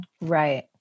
Right